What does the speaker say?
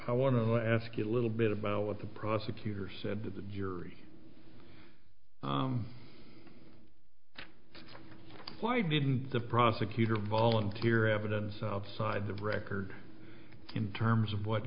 i want to ask you a little bit about what the prosecutor said to the jury why didn't the prosecutor volunteer evidence outside the record in terms of what